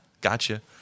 Gotcha